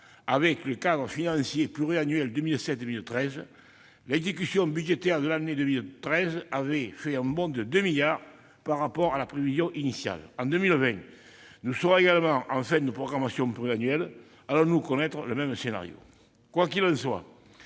avec le cadre financier pluriannuel 2007-2013 ; l'exécution budgétaire de l'année 2013 avait fait un bond de deux milliards d'euros par rapport à la prévision initiale. En 2020, nous serons également en fin de programmation pluriannuelle. Allons-nous connaître le même scénario ?